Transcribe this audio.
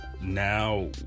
now